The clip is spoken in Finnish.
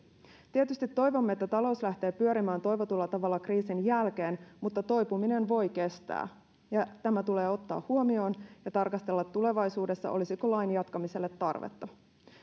tietysti toivomme että talous lähtee pyörimään toivotulla tavalla kriisin jälkeen mutta toipuminen voi kestää ja tämä tulee ottaa huomioon ja tarkastella tulevaisuudessa olisiko lain jatkamiselle tarvetta